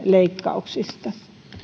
leikkauksista